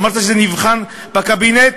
אמרת שזה נבחן בקבינט,